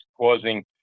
causing